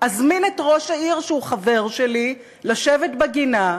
ואזמין את ראש העיר שהוא חבר שלי לשבת בגינה,